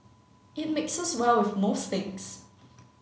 it mixes well with most things